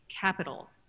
capital